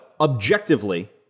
objectively